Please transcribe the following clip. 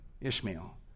Ishmael